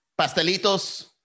Pastelitos